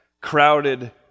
crowded